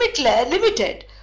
limited